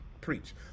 preach